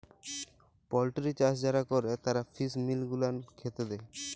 poultry চাষ যারা ক্যরে তারা ফিস মিল গুলান খ্যাতে দেই